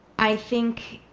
i think,